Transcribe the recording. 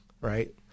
right